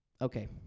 Okay